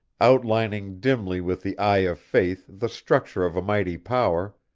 outlining dimly with the eye of faith the structure of a mighty power,